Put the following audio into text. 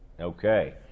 Okay